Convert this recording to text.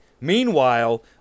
Meanwhile